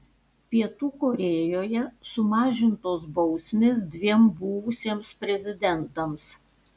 pietų korėjoje sumažintos bausmės dviem buvusiems prezidentams